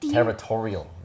Territorial